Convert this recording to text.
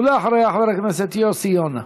ואחריה, חבר הכנסת יוסי יונה.